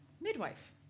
midwife